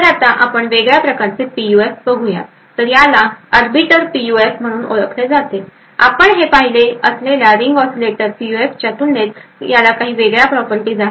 तर आता आपण वेगवेगळ्या प्रकारचे पीयूएफ बघूया तर याला आर्बीटर पीयूएफ म्हणून ओळखले जाते आणि हे आपण पाहिले असलेल्या रिंग ऑसीलेटर पीयूएफच्या तुलनेत याला काही वेगवेगळ्या प्रॉपर्टीज आहेत